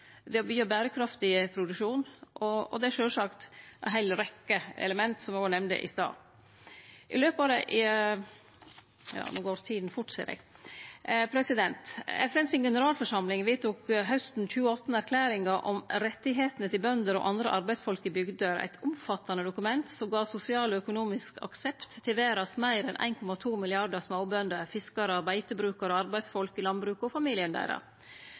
det er sjølvsagt ei heil rekkje element, som eg òg nemnde i stad. No går tida fort, ser eg. FNs generalforsamling vedtok hausten 2018 erklæringa om rettane til bønder og andre arbeidsfolk i bygder – eit omfattande dokument som gav sosial og økonomisk aksept til verdas meir enn 1,2 mrd. småbønder, fiskarar, beitebrukarar, arbeidsfolk i landbruket og familien deira.